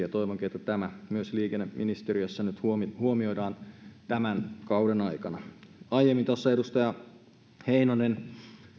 ja toivonkin että myös tämä liikenneministeriössä huomioidaan tämän kauden aikana kun aiemmin tuossa edustaja heinonen